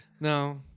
No